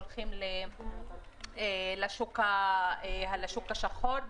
הולכים לשוק השחור,